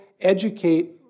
educate